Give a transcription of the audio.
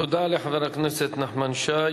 תודה לחבר הכנסת נחמן שי.